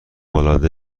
العاده